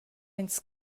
ins